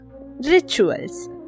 rituals